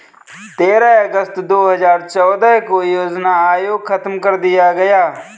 तेरह अगस्त दो हजार चौदह को योजना आयोग खत्म कर दिया गया